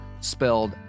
spelled